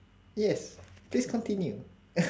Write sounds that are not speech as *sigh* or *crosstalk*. yes please continue *noise*